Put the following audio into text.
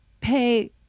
pay